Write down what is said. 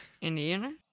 Indiana